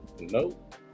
Nope